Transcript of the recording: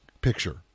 picture